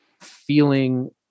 feeling